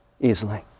easily